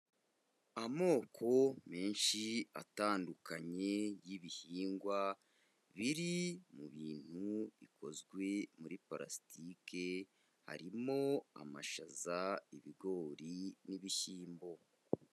Amoko menshi atandukanye y'ibihingwa biri mu bintu bikozwe muri parasitike, harimo amashaza, ibigori n'ibishyimbo.